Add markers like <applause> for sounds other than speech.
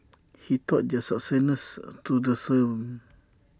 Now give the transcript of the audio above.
<noise> he taught their successors to the same